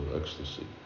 ecstasy